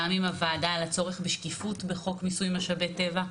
עם הוועדה על הצורך בשקיפות בחוק מיסוי משאבי טבע,